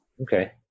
Okay